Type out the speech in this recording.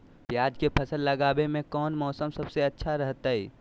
प्याज के फसल लगावे में कौन मौसम सबसे अच्छा रहतय?